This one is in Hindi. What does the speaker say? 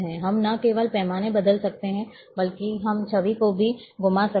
हम न केवल पैमाने बदल सकते हैं बल्कि हम छवि को भी घुमा सकते हैं